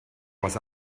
was